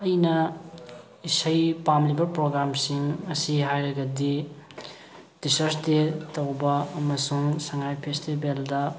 ꯑꯩꯅ ꯏꯁꯩ ꯄꯥꯝꯂꯤꯕ ꯄ꯭ꯔꯣꯒꯥꯝꯁꯤꯡ ꯑꯁꯤ ꯍꯥꯏꯔꯒꯗꯤ ꯇꯤꯆꯔꯁ ꯗꯦ ꯇꯧꯕ ꯑꯃꯁꯨꯡ ꯁꯉꯥꯏ ꯐꯦꯁꯇꯤꯕꯦꯜꯗ